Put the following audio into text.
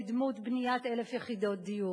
בדמות בניית 1,000 יחידות דיור?